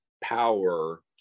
power